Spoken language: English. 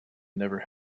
never